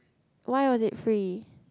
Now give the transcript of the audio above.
why was it free